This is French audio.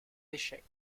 échecs